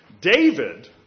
David